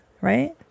right